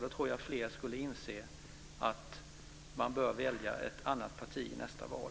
Jag tror att fler då skulle inse att man bör välja ett annat parti i nästa val.